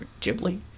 Ghibli